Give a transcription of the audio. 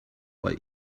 bei